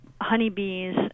honeybees